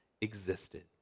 existed